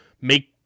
make